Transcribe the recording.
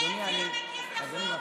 אדוני, מפריעים לי.